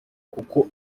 kuko